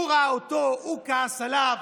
הוא ראה אותו, הוא כעס עליו.